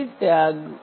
ఇది ట్యాగ్